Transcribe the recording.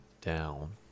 down